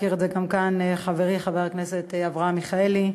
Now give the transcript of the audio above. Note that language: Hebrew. הזכיר את זה כאן גם חברי חבר הכנסת אברהם מיכאלי,